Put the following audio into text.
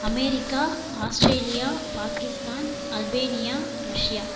America Australia Pakistan Albania Russia